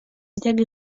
yajyaga